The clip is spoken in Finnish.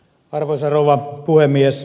arvoisa rouva puhemies